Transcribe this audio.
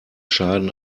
schaden